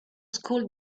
school